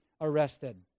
arrested